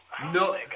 No